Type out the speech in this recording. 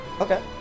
Okay